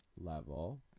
level